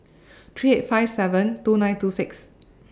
three eight five seven two nine two six